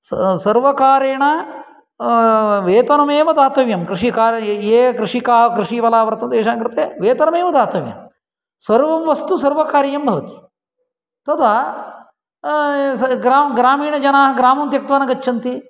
सर्वकारेण वेतनमेव दातव्यं कृषिकार्य ये कृषिकाः कृषिवला वर्तन् तेषाङ्कृते वेतनमेव दातव्यं सर्वं वस्तु सर्वकारीयं भवति तदा स ग्रामीणजनाः ग्रामं त्यक्त्वा न गच्छन्ति